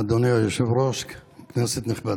אדוני היושב-ראש, כנסת נכבדה,